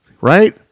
right